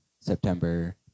September